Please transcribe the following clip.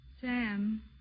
Sam